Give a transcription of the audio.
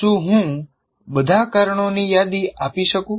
શું હું બધા કારણોની યાદી આપી શકું